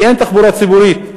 כי אין תחבורה ציבורית,